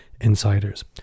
insiders